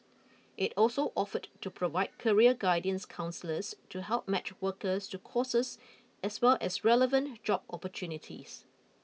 it also offered to provide career counsellors to help match workers to courses as well as relevant job opportunities